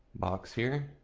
box here.